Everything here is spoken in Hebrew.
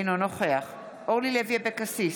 אינו נוכח אורלי לוי אבקסיס,